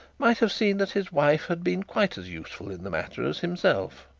might have seen that his wife had been quite as useful in the matter as himself.